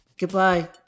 Goodbye